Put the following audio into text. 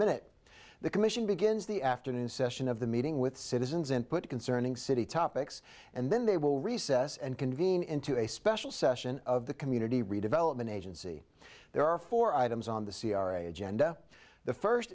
minute the commission begins the afternoon session of the meeting with citizens input concerning city topics and then they will recess and convene into a special session of the community redevelopment agency there are four items on the c r a agenda the first